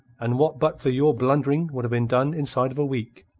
and what but for your blundering would have been done, inside of a week.